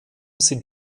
sind